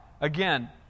again